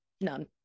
none